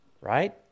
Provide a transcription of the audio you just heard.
Right